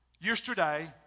Yesterday